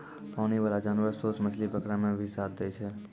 पानी बाला जानवर सोस मछली पकड़ै मे भी साथ दै छै